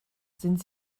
sind